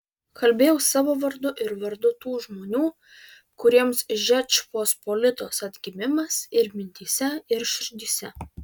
kalbėjau savo vardu ir vardu tų žmonių kuriems žečpospolitos atgimimas ir mintyse ir širdyse